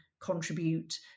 contribute